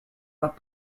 but